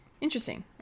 Interesting